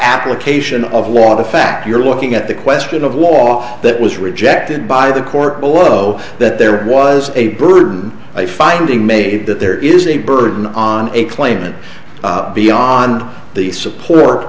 application of law to fact you're looking at the question of law that was rejected by the court below that there was a burden a finding made that there is a burden on a claimant beyond the support